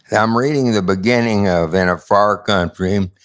and i'm reading the beginning of in a far country,